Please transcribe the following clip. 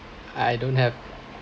I I don't have